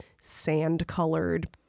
sand-colored